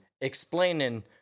explaining